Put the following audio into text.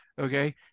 okay